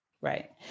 Right